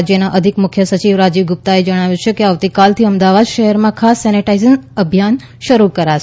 રાજ્યના અધિક મુખ્ય સચિવ રાજીવ ગુપ્તાએ જણાવ્યું છે કે આવતીકાલથી અમદાવાદ શહેરમાં ખાસ સેને ાઇઝ અભિયાન શરૂ કરાશે